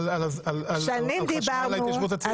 על ההתיישבות הצעירה, אני דיברתי.